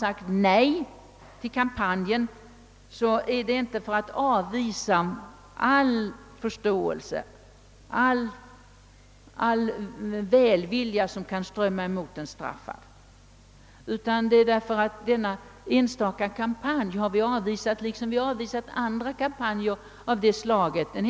Ett nej till kampanjen har inte varit för att avvisa förståelse och välvilja, som behöver strömma emot en straffad. Det är tanken på en enstaka kampanj som avvisats, liksom utskottet avvisat förslag om andra kampanjer av samma art.